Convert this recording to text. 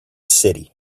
city